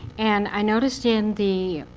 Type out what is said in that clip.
and i noticed in the